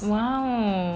!wow!